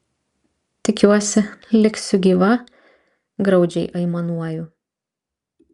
tikiuosi liksiu gyva graudžiai aimanuoju